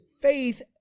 faith